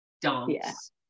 dance